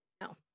No